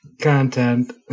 content